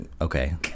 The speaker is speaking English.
okay